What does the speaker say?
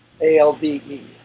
A-L-D-E